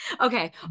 Okay